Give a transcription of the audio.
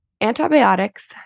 Antibiotics